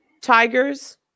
tigers